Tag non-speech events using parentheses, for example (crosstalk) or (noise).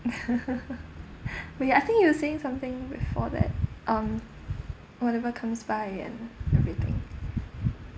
(laughs) (breath) wait I think you were saying something before that um whatever comes by and everything